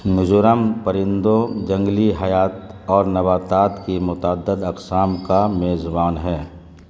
میزورم پرندوں جنگلی حیات اور نباتات کی متعدد اقسام کا میزبان ہے